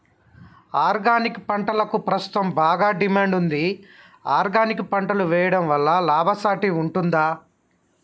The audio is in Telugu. ఆర్గానిక్ పంటలకు ప్రస్తుతం బాగా డిమాండ్ ఉంది ఆర్గానిక్ పంటలు వేయడం వల్ల లాభసాటి ఉంటుందా?